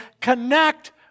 connect